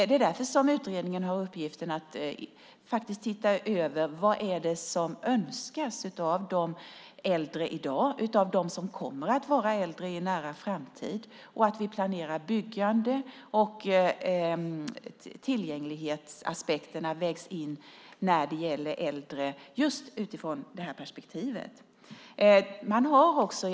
Det är därför som utredningen har uppgiften att se över vad det är som önskas av de äldre i dag och av dem som kommer att vara äldre i en nära framtid och se till att tillgänglighetsaspekterna vägs in i planeringen av byggande för äldre.